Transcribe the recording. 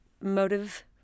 motive